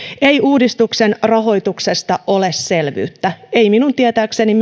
ei uudistuksen rahoituksesta ole selvyyttä ei minun tietääkseni